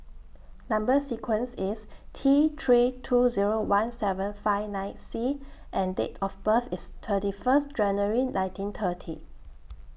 Number sequence IS T three two Zero one seven five nine C and Date of birth IS thirty First January nineteen thirty